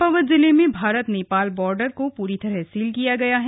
चम्पावत जिले में भारत नेपाल बार्डर को पूरी तरह सील किया गया है